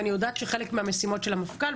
אני יודעת שחלק ממשימות המפכ"ל,